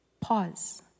pause